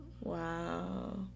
Wow